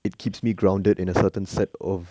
it keeps me grounded in a certain set of